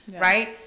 right